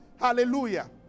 Hallelujah